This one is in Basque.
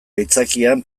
aitzakian